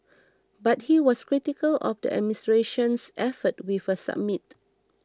but he was critical of the administration's efforts with a summit